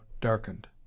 darkened